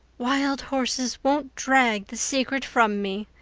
wild horses won't drag the secret from me,